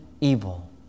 evil